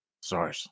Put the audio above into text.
Sorry